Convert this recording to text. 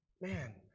man